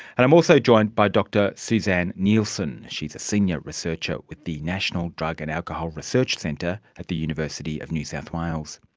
and i'm also joined by dr suzanne nielsen, she's a senior researcher with the national drug and alcohol research centre at the university of new south wales.